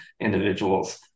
individuals